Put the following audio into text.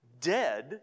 dead